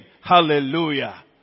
Hallelujah